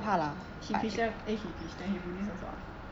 he christian eh he christian he buddhist also ah